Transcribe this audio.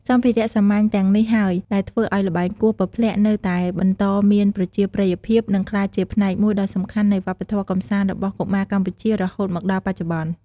សម្ភារៈសាមញ្ញទាំងនេះហើយ ដែលធ្វើឱ្យល្បែងគោះពព្លាក់នៅតែបន្តមានប្រជាប្រិយភាព និងក្លាយជាផ្នែកមួយដ៏សំខាន់នៃវប្បធម៌កម្សាន្តរបស់កុមារកម្ពុជា រហូតមកដល់បច្ចុប្បន្ន។